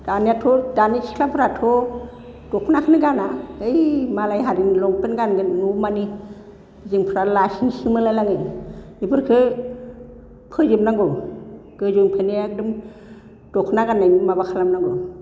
दानियाथ' दानि सिख्लाफोराथ' दखनाखोनो गाना बै मालाय हारिनि लंपेन्ट गानगोन न' मानि जोंफ्रा लासिंसिं मोनलाय लाङो बेफोरखौ फोजोबनांगौ गोजौनिफ्रायनो एकदम दखना गाननायनि माबा खालामनांगौ